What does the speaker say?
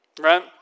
right